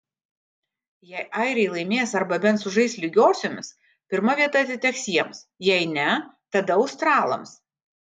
jei airiai laimės arba bent sužais lygiosiomis pirma vieta atiteks jiems jei ne tada australams